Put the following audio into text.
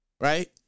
right